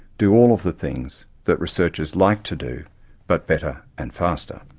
do all of the things that researchers like to do but better and faster.